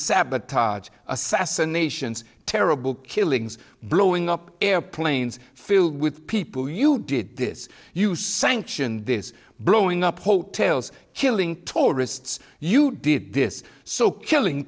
sabotage assassinations terrible killings blowing up airplanes filled with people you did this you sanctioned this blowing up hotels killing tourists you did this so killing